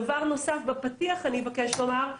דבר נוסף שאני מבקשת לומר בפתיח,